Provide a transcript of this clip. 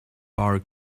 bar